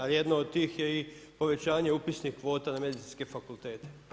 A jedno od tih je i povećanje upisnih kvota na medicinske fakultete.